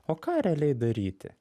o ką realiai daryti